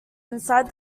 inside